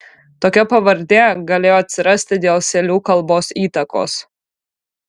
tokia pavardė galėjo atsirasti dėl sėlių kalbos įtakos